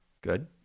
Good